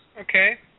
Okay